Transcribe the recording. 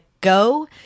go